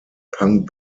punk